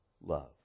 love